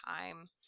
time